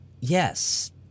Yes